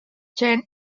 chain